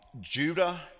Judah